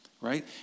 Right